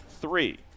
three